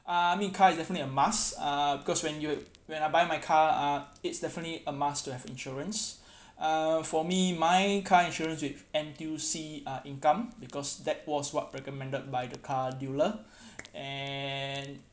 uh I mean car is definitely a must uh cause when you'd when I buy my car uh it's definitely a must to have insurance uh for me my car insurance with N_T_U_C uh income because that was what recommended by the car dealer and